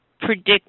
predict